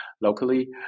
locally